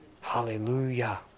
Hallelujah